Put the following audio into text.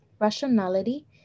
rationality